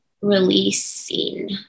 releasing